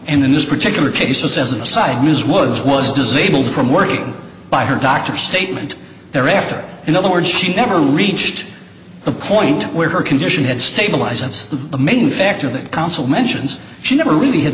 in this particular case is as an aside news was was does able from working by her doctor statement thereafter in other words she never reached the point where her condition had stabilised that's the main factor that counsel mentions she never really had